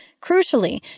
Crucially